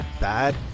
bad